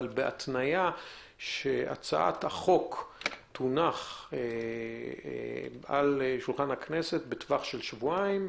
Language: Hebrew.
אבל בהתניה שהצעת החוק תונח על שולחן הכנסת בטווח של שבועיים,